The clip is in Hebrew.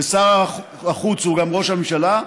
ושר החוץ הוא גם ראש הממשלה,